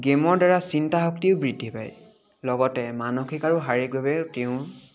গেমৰ দ্বাৰা চিন্তা শক্তিও বৃদ্ধি পায় লগতে মানসিক আৰু শাৰীৰিকভাৱেও তেওঁ